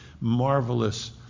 marvelous